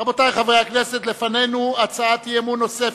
רבותי חברי הכנסת, לפנינו הצעת אי-אמון נוספת,